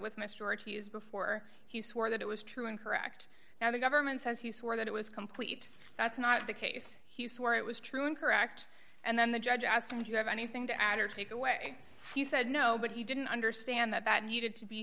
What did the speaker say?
years before he swore that it was true and correct now the government says he swore that it was complete that's not the case where it was true and correct and then the judge asked him do you have anything to add or take away he said no but he didn't understand that that needed to be